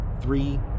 three